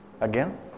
Again